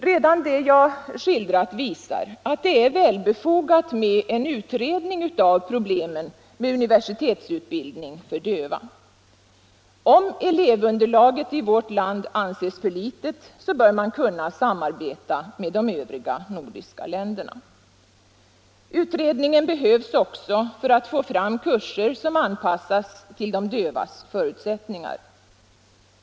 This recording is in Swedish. Redan det som jag här har anfört visar att det är välbefogat med en utredning av problemen med universitetsutbildning för döva. Om elevunderlaget i vårt land anses för litet bör man kunna samarbeta med de övriga nordiska länderna. Utredningen behövs också för att få fram kurser som anpassas till de dövas förutsättningar.